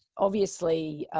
obviously,